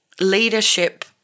leadership